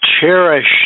cherished